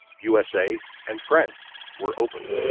usa and france were opened.